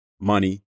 money